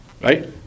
right